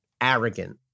arrogant